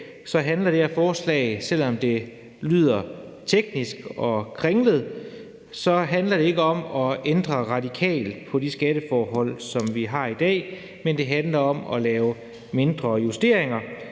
handler det her forslag, selv om det lyder teknisk og kringlet, ikke om at ændre radikalt på de skatteforhold, som vi har i dag, men det handler om at lave mindre justeringer,